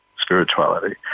spirituality